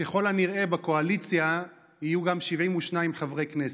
וככל הנראה בקואליציה יהיו גם 72 חברי כנסת.